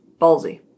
Ballsy